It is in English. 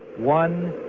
one,